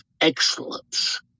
excellence